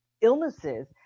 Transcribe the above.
illnesses